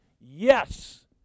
yes